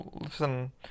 listen